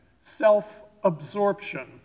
self-absorption